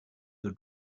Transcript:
your